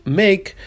make